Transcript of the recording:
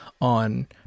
on